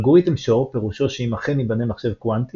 אלגוריתם שור פירושו שאם אכן ייבנה מחשב קוונטי